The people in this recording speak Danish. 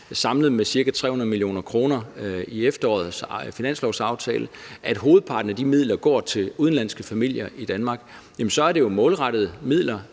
hæver med ca. 300 mio. kr. i efterårets finanslovsaftale, går til udenlandske familier i Danmark, så er det jo målrettede midler,